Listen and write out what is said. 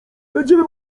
będziemy